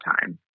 time